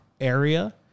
area